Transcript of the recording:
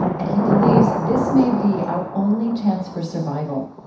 and he believes this may be our only chance for survival